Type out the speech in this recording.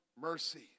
mercy